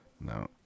No